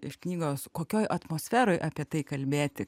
iš knygos kokioj atmosferoj apie tai kalbėti